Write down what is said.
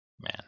man